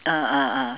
ah ah ah